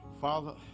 father